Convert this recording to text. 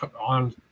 on